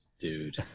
Dude